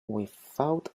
without